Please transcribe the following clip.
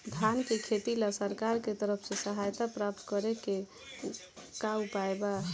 धान के खेती ला सरकार के तरफ से सहायता प्राप्त करें के का उपाय बा?